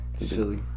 silly